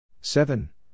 seven